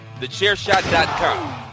TheChairShot.com